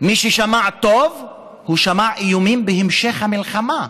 מי ששמע טוב, הוא שמע איומים בהמשך המלחמה,